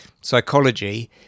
psychology